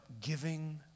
giving